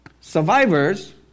Survivors